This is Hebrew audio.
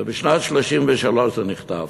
בשנת 1933 זה נכתב.